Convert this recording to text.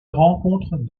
rencontre